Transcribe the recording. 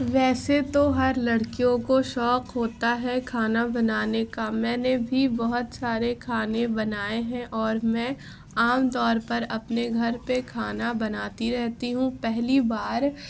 ویسے تو ہر لڑکیوں کو شوق ہوتا ہے کھانا بنانے کا میں نے بھی بہت سارے کھانے بنائے ہیں اور میں عام طور پر اپنے گھر پہ کھانا بناتی رہتی ہوں پہلی بار